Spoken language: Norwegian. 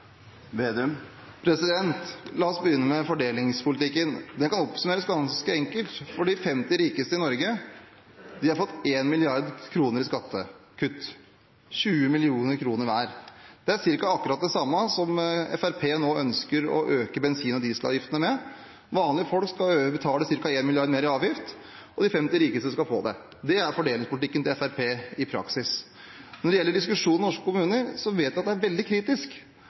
Vedum om fordelingspolitikken som Solberg-regjeringa nå viser på fjerde året? La oss begynne med fordelingspolitikken. Den kan oppsummeres ganske enkelt, for de 50 rikeste i Norge har fått 1 mrd. kr i skattekutt – 20 mill. kr hver. Det er ca. det samme som Fremskrittspartiet nå ønsker å øke bensin- og dieselavgiftene med. Vanlige folk skal betale ca. 1 mrd. kr mer i avgift, og de 50 rikeste skal få det. Det er fordelingspolitikken til Fremskrittspartiet i praksis. Når det gjelder diskusjonen om norske kommuner, vet vi at det der er veldig kritisk.